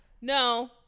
no